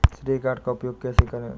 श्रेय कार्ड का उपयोग कैसे करें?